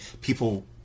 people